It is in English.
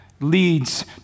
leads